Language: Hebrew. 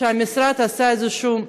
והמשרד עשה איזושהי פנייה,